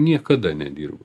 niekada nedirbo